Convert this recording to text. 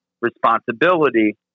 responsibility